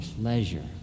pleasure